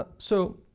ah so,